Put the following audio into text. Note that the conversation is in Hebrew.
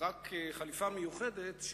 חליפה מיוחדת,